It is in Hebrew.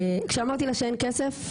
כשאמרתי לה אין כסף,